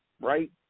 Right